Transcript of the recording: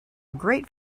great